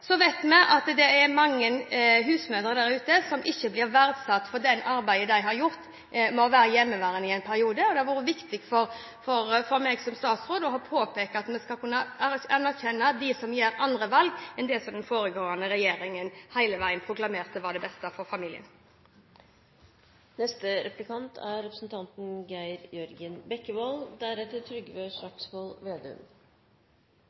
Så vet vi at det er mange husmødre der ute som ikke blir verdsatt for det arbeidet de har gjort med å være hjemmeværende i en periode, og det har vært viktig for meg som statsråd å påpeke at vi skal anerkjenne dem som gjør andre valg enn det som den foregående regjeringen hele veien proklamerte var det beste for familien.